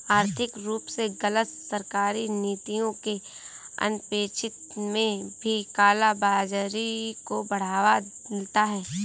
आर्थिक रूप से गलत सरकारी नीतियों के अनपेक्षित में भी काला बाजारी को बढ़ावा मिलता है